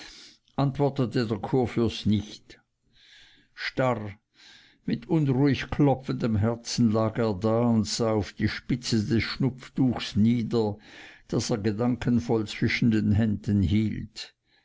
antwortete der kurfürst nicht starr mit unruhig klopfendem herzen lag er da und sah auf die spitze des schnupftuchs nieder das er gedankenvoll zwischen den händen hielt